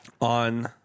on